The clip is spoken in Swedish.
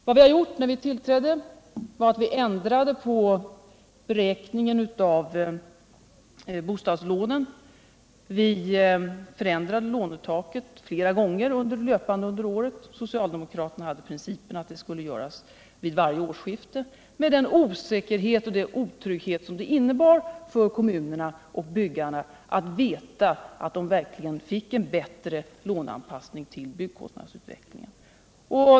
Vad vi gjorde när vi tillträdde var att ändra på beräkningen av bostadslånen. Vi förändrade lånetaket flera gånger löpande under året — socialdemokratlerna hade principen att det skulle göras vid varje årsskifte, med den osäkerhet och den otrygghet det innebar för kommunerna och byggarna att inte veta att de verkligen fick en bättre låneanpassning till byggkostnadsutvecklingen.